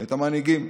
את המנהיגים.